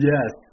Yes